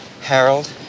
Harold